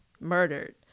murdered